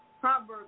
Proverbs